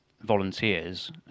volunteers